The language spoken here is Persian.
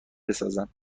بسازند